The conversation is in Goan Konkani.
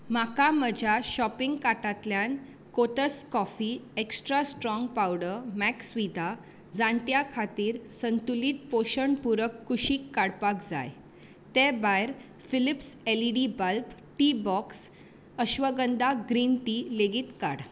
म्हाका म्हज्या शॉपिंग कार्टांतल्यान कोथास कॉफी एक्स्ट्रा स्ट्राँग पावडर आनी मैक्सविडा प्रौढां खातीर संतुलित पोशण पूरक कुशीक काडपाक जाय ते भायर Philips L E D bulb tea box ashwagandha green tea लेगीत काड